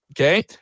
Okay